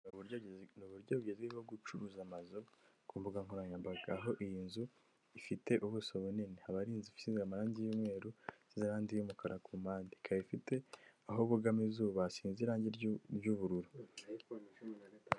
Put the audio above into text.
Uburyo bugeze bwo gucuruza amazu ku mbuga nkoranyambaga aho iyi nzu ifite ubuso bunini abarinzi ifite amarangi y'umweru zrandi y'umukara ku mpande ikaba ifite aho buugama izuba hasize irangi ry'ubururu.